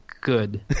good